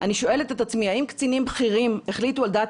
אני שואלת את עצמי האם קצינים בכירים החליטו על דעת